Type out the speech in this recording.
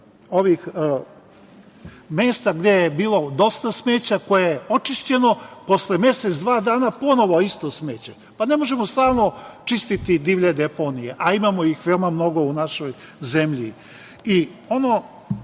ovih mesta gde je bilo dosta smeća, koje je očišćeno, posle mesec, dva dana ponovo isto smeće. Pa, ne možemo stalno čistiti divlje deponije, a imamo ih veoma mnogo u našoj zemlji. Ono